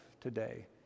today